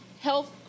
health